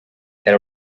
era